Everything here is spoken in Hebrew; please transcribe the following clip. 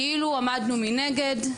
כאילו עמדנו מנגד.